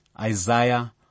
Isaiah